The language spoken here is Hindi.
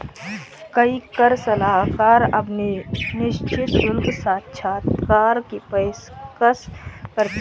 कई कर सलाहकार अब निश्चित शुल्क साक्षात्कार की पेशकश करते हैं